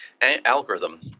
Algorithm